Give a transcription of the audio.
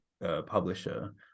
publisher